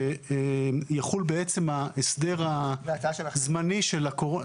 שם יחול ההסדר הזמני של הקורונה.